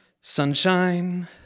Sunshine